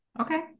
okay